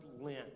Lent